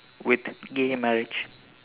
with gay marriage